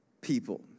people